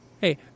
Hey